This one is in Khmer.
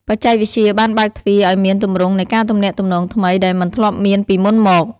បច្ចេកវិទ្យាបានបើកទ្វារឲ្យមានទម្រង់នៃការទំនាក់ទំនងថ្មីដែលមិនធ្លាប់មានពីមុនមក។